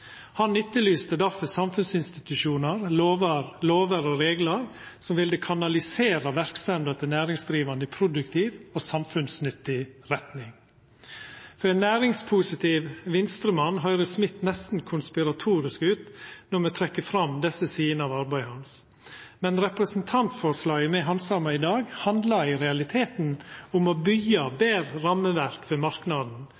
Han etterlyste difor samfunnsinstitusjonar, lover og reglar som ville kanalisera verksemda til næringsdrivande i produktiv og samfunnsnyttig retning. For ein næringspositiv Venstre-mann høyrest Smith nesten konspiratorisk ut når me trekkjer fram desse sidene av arbeidet hans. Men representantforslaget me handsamar i dag, handlar i realiteten om å byggja